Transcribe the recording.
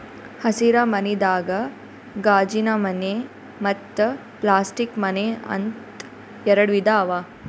ಹಸಿರ ಮನಿದಾಗ ಗಾಜಿನಮನೆ ಮತ್ತ್ ಪ್ಲಾಸ್ಟಿಕ್ ಮನೆ ಅಂತ್ ಎರಡ ವಿಧಾ ಅವಾ